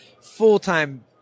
full-time